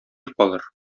калыр